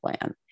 plan